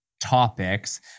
topics